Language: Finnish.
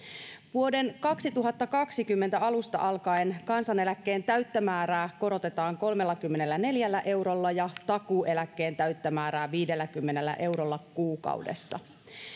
vuoden kaksituhattakaksikymmentä alusta alkaen kansaneläkkeen täyttä määrää korotetaan kolmellakymmenelläneljällä eurolla ja takuueläkkeen täyttä määrää viidelläkymmenellä eurolla kuukaudessa